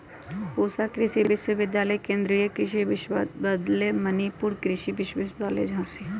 पूसा कृषि विश्वविद्यालय, केन्द्रीय कृषि विश्वविद्यालय मणिपुर, कृषि विश्वविद्यालय झांसी